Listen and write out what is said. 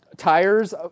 tires